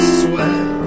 sweat